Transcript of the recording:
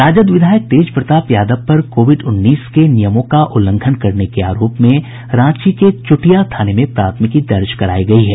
राजद विधायक तेज प्रताप यादव पर कोविड उन्नीस के नियमों का उल्लंघन करने के आरोप में रांची के चूटिया थाने में प्राथमिकी दर्ज करायी गयी है